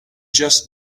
just